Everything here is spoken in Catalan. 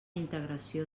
integració